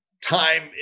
time